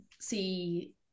see